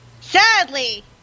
Sadly